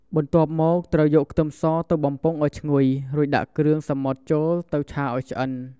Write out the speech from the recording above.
បន្ទាប់មក ត្រូវយកខ្ទឹមសទៅបំពងឱ្យឈ្ងុយ រួចដាក់គ្រឿងសមុទ្រចូលទៅឆាឱ្យឆ្អិន។